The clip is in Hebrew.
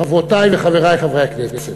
חברותי וחברי חברי הכנסת,